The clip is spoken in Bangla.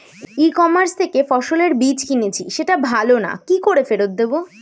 ই কমার্স থেকে ফসলের বীজ কিনেছি সেটা ভালো না কি করে ফেরত দেব?